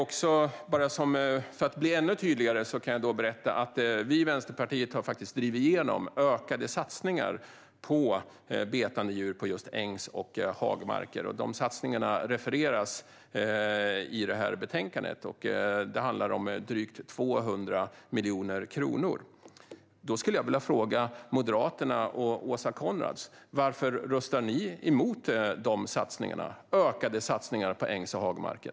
För att det ska bli ännu tydligare kan jag berätta att vi i Vänsterpartiet har drivit igenom ökade satsningar på betande djur på just ängs och hagmarker. De satsningarna refereras i det här betänkandet. Det handlar om drygt 200 miljoner kronor. Jag skulle vilja fråga Moderaterna och Åsa Coenraads: Varför röstar ni emot de satsningarna, alltså ökade satsningar på ängs och hagmarker?